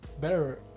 better